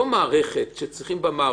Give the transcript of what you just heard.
לא מערכת שצריכים בה מערכות,